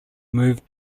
moved